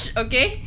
okay